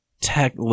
tech